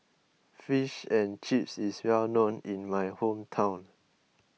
Fish and Chips is well known in my hometown